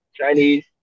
Chinese